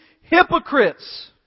hypocrites